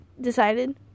decided